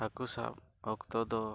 ᱦᱟᱹᱠᱩ ᱥᱟᱵ ᱚᱠᱛᱚ ᱫᱚ